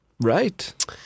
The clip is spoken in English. Right